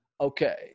okay